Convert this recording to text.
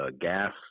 Gas